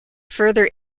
further